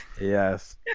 Yes